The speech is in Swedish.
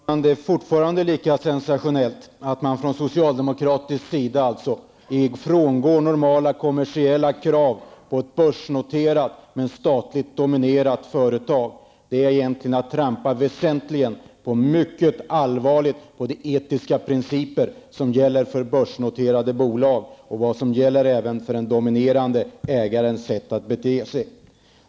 Herr talman! Det är fortfarande lika sensationellt att socialdemokraterna vill frångå normala kommersiella krav på ett börsnoterat men statligt dominerat företag. Det är egentligen att trampa mycket allvarligt på de etiska principer som gäller för börsnoterade bolag och även för den dominerande ägarens sätt att bete sig.